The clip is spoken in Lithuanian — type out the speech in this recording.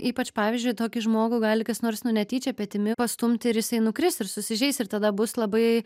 ypač pavyzdžiui tokį žmogų gali kas nors nu netyčia petimi pastumti ir jisai nukris ir susižeis ir tada bus labai